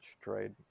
trade